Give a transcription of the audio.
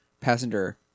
passenger